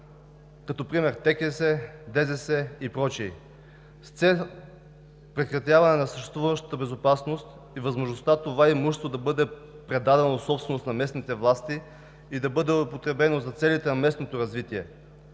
ДЗС и прочее, с цел прекратяване на съществуващата безстопанственост и възможността това имущество да бъде предадено в собственост на местните власти и да бъде употребено за целите на местното развитие.